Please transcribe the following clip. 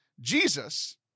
Jesus